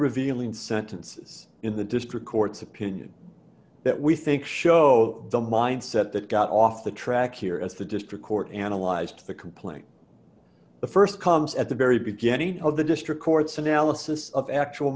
revealing sentences in the district court's opinion that we think show the mindset that got off the track here as the district court analyzed the complaint the st comes at the very beginning of the district court's analysis of actual